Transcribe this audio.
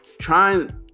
trying